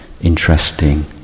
interesting